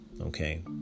Okay